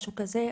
משהו כזה,